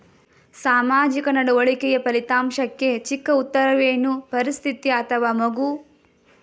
ಸಾಮಾಜಿಕ ನಡವಳಿಕೆಯ ಫಲಿತಾಂಶಕ್ಕೆ ಚಿಕ್ಕ ಉತ್ತರವೇನು? ಪರಿಸ್ಥಿತಿ ಅಥವಾ ಮಗು?